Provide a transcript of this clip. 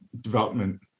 development